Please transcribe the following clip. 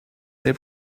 they